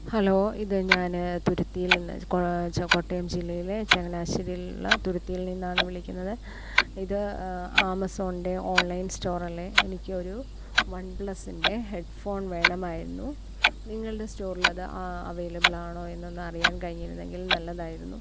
hello ഇത് ഞാന് തുരുത്തിയിൽ നിന്ന് കോട്ടയം ജില്ലയിലെ ചങ്ങനാശ്ശേരിയിലുള്ള തുരുത്തിയിൽ നിന്നാണ് വിളിക്കുന്നത് ഇത് ആമസോണിൻ്റെ ഓൺലൈൻ സ്റ്റോറല്ലേ എനിക്കൊരു വൺ പ്ലസിൻ്റെ ഹെഡ് ഫോൺ വേണമായിരുന്നു നിങ്ങളുടെ സ്റ്റോറിൽ അത് ആ അവൈലബിൾ ആണോയെന്നൊന്ന് അറിയാൻ കഴിഞ്ഞിരുന്നുവെങ്കിൽ നല്ലതായിരുന്നു